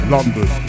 London